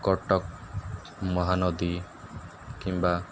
କଟକ ମହାନଦୀ କିମ୍ବା